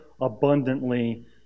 abundantly